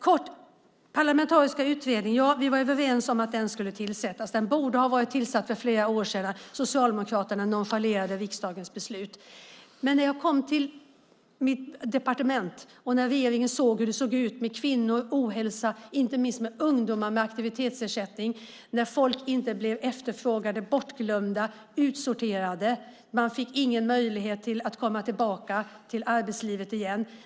Samordningen har fattats. Vi var överens om att den parlamentariska utredningen skulle tillsättas. Den borde ha varit tillsatt för flera år sedan. Socialdemokraterna nonchalerade riksdagens beslut. När jag kom till mitt departement såg jag och regeringen hur det såg ut med kvinnor och ohälsa, och inte minst med ungdomar med aktivitetsersättning. Folk blev inte efterfrågade utan bortglömda och utsorterade. Man fick ingen möjlighet att komma tillbaka till arbetslivet igen.